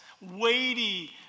weighty